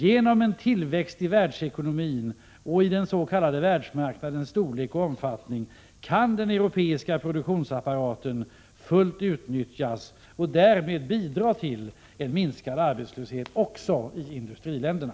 Genom en tillväxt i världsekonomin och av den s.k. världsmarknadens storlek och omfattning kan den europeiska produktionsapparaten fullt utnyttjas och därmed bidra till en minskad arbetslöshet också i industriländerna.